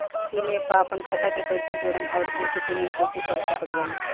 Bhim app पर आपन खाता के कईसे जोड़म आउर ओसे पेमेंट कईसे कर सकत बानी?